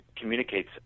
communicates